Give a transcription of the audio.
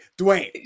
Dwayne